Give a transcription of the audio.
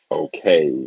okay